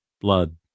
blood